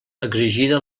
exigida